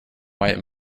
white